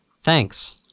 Thanks